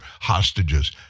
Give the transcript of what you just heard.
hostages